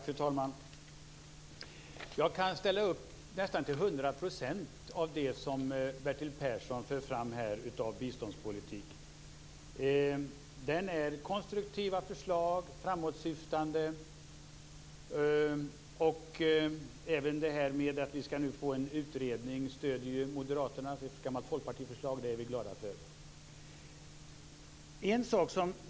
Fru talman! Jag kan ställa upp nästan till hundra procent på det som Bertil Persson här för fram när det gäller biståndspolitiken. Det är konstruktiva, framåtsyftande förslag. Även det här med att vi nu skall få en utredning stöder moderaterna. Det är ett gammalt folkpartiförslag, och det är vi glada för.